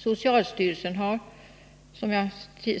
Socialstyrelsen har, som jag